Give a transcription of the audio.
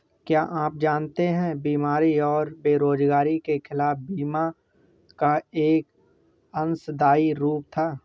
क्या आप जानते है बीमारी और बेरोजगारी के खिलाफ बीमा का एक अंशदायी रूप था?